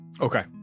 okay